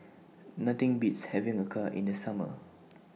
Nothing Beats having Acar in The Summer